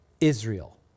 Israel